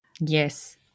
yes